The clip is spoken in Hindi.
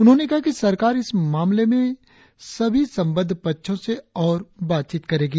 उन्होंने कहा कि सरकार इस मामले पर सभी संबंद्ध पंक्षों से और बातचीत करेगी